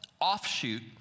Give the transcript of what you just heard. offshoot